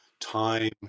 time